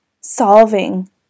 solving